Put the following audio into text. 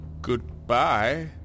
Goodbye